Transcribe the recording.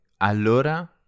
allora